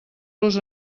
los